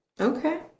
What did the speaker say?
okay